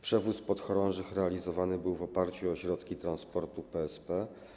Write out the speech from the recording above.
Przewóz podchorążych realizowany był w oparciu o środki transportu PSP.